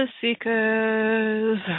seekers